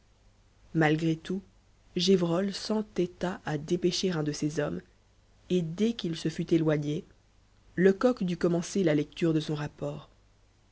malgré tout gévrol s'entêta à dépêcher un de ses hommes et dès qu'il se fut éloigné lecoq dut commencer la lecture de son rapport